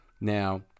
Now